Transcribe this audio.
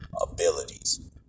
abilities